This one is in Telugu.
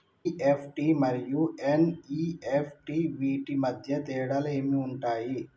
ఇ.ఎఫ్.టి మరియు ఎన్.ఇ.ఎఫ్.టి వీటి మధ్య తేడాలు ఏమి ఉంటాయి?